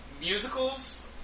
Musicals